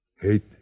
Hate